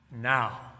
now